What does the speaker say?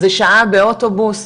זה שעה באוטובוס,